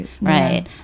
right